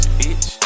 bitch